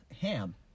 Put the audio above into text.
ham